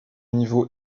niveau